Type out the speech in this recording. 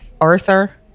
Arthur